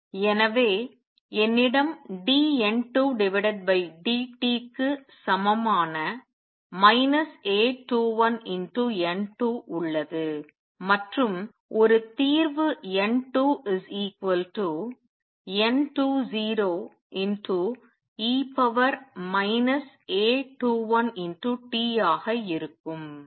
எனவே என்னிடம் dN2dt க்கு சமமான A21 N2 உள்ளது மற்றும் ஒரு தீர்வு N2 N20 e A21t ஆக இருக்கும்